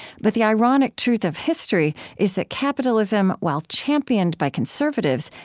but the ironic truth of history is that capitalism, while championed by conservatives,